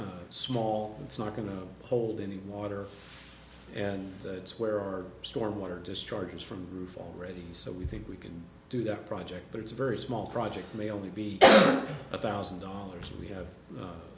small it's not going to hold any water and that's where our storm water discharges from the roof already so we think we can do that project but it's a very small project may only be a thousand dollars if we have a